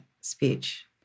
speech